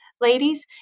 ladies